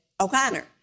O'Connor